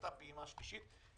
אותה פעימה שלישית,